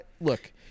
look